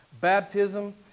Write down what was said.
baptism